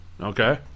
Okay